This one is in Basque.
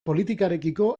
politikarekiko